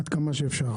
עד כמה שאפשר.